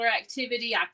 activity